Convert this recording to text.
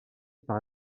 par